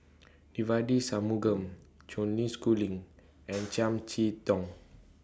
Devagi Sanmugam Schooling and Chiam See Tong